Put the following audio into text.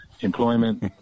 employment